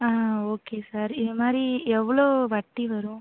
ஆ okay sir இதுமாதிரி எவ்வளோ வட்டி வரும்